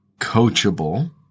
coachable